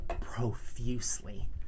profusely